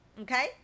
Okay